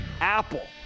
Apple